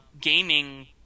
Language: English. gaming